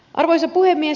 arvoisa puhemies